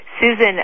Susan